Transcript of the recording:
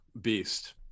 beast